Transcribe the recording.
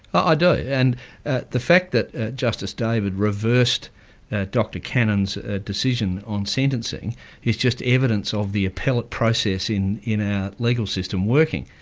ah do, and the fact that justice david reversed dr cannon's decision on sentencing is just evidence of the appellate process in our ah legal system working,